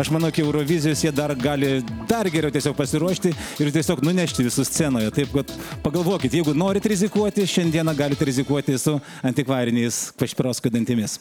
aš manau iki eurovizijos jie dar gali dar geriau tiesiog pasiruošti ir tiesiog nunešti visus scenoje taip kad pagalvokit jeigu norit rizikuoti šiandieną galite rizikuoti su antikvariniais kašpirovskio dantimis